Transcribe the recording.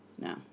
No